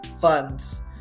funds